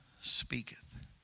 speaketh